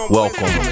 welcome